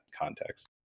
context